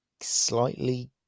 slightly